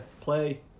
play